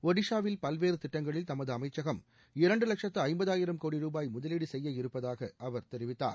ஒடிஷாவில் பல்வேறு திட்டங்களில் தமது அமைச்சகம் இரண்டு லட்சத்து ஐம்பதாயிரம் கோடி ருபாய் முதலீடு செய்ய இருப்பதாக அவர் தெரிவித்தார்